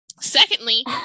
Secondly